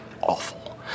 awful